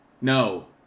No